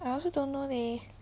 I also don't know leh